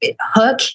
Hook